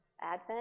Advent